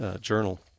journal –